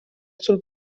sul